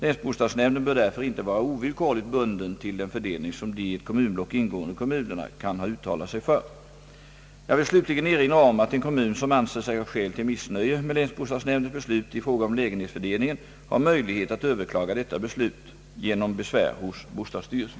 Länsbostadsnämnden bör därför inte vara ovillkorligt bunden till den fördelning som de i ett kommunblock ingående kommunerna kan ha uttalat sig för. Jag vill slutligen erinra om att en kommun, som anser sig ha skäl till missnöje med länsbostadsnämndens beslut i fråga om lägenhetsfördelningen, har möjlighet att överklaga detta beslut genom besvär hos bostadsstyrelsen.